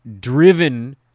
driven